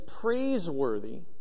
praiseworthy